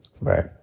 right